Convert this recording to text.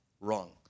wrong